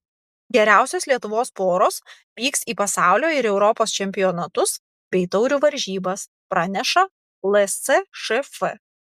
geriausios lietuvos poros vyks į pasaulio ir europos čempionatus bei taurių varžybas praneša lsšf